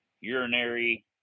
urinary